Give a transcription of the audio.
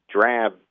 drab